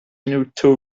into